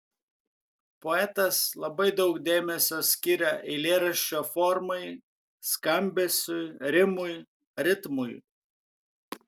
poetas labai daug dėmesio skiria eilėraščio formai skambesiui rimui ritmui